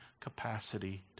capacity